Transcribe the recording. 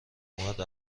اومد